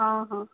ହଁ ହଁ